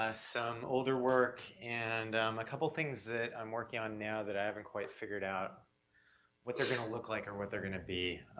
some older work and a couple things that i'm working on now that i haven't quite figured out what they're gonna look like or what they're gonna be.